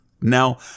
Now